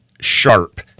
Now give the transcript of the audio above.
sharp